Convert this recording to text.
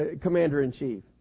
commander-in-chief